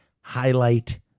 highlight